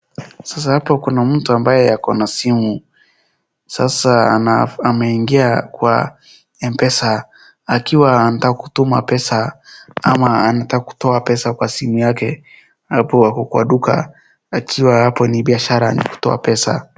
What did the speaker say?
Sasa hapo kuna mtu ambaye ako na simu, sasa ameingia kwa M-pesa akiwa anataka kutuma pesa ama anataka kutoa pesa kwa simu yake, hapo ako kwa duka akiwa hapo ni biashara ni kutoa pesa.